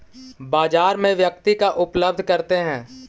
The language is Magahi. बाजार में व्यक्ति का उपलब्ध करते हैं?